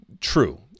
true